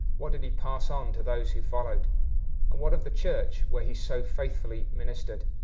what did he pass on to those who followed and what of the church where he so faithfully ministered.